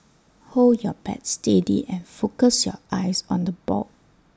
hold your bat steady and focus your eyes on the ball